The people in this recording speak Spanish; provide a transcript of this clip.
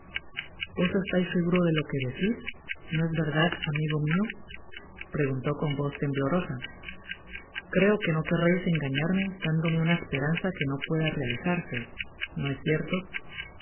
vos estais seguro de lo que decis no es verdad amigo mio preguntó con voz temblorosa creo que no querreis engañarme dándome una esperanza que no pueda realizarse no es cierto oh